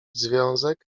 związek